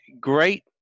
great